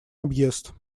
объезд